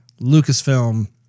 Lucasfilm